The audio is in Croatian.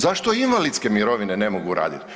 Zašto invalidske mirovine ne mogu radit?